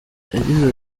yagize